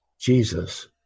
Jesus